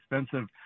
expensive